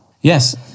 Yes